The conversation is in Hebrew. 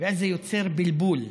ואז זה יוצר בלבול.